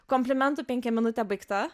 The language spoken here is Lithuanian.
komplimentų penkiaminutė baigta